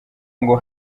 ngo